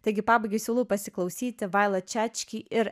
taigi pabaigai siūlau pasiklausyti vailet čečki ir